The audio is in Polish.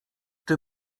czy